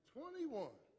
Twenty-one